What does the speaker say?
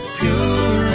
pure